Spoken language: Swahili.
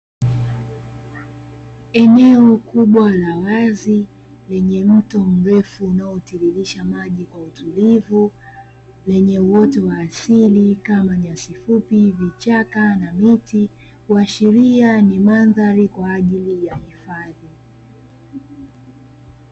Eneo kubwa la wazi lenye mto mrefu unaotiririsha maji kwa utulivu lenye uoto wa asili, kama nyasi fupi, vichaka na miti kuashiria ni mandhari kwa ajili ya hifadhi.